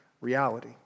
reality